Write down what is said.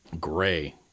Gray